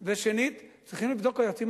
אמת, זה הכי טוב.